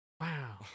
Wow